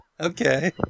okay